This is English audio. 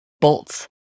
BOLTS